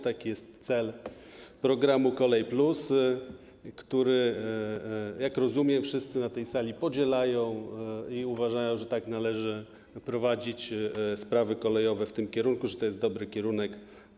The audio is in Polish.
Taki jest cel programu ˝Kolej+˝, który, jak rozumiem, wszyscy na tej sali podzielają i uważają, że tak należy prowadzić sprawy kolejowe, w tym kierunku, że to jest dobry kierunek.